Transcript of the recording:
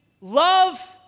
love